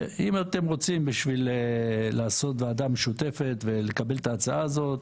אם אתם רוצים לעשות ועדה משותפת ולקבל את ההצעה הזאת,